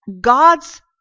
God's